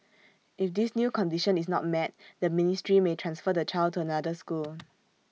if this new condition is not met the ministry may transfer the child to another school